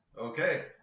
Okay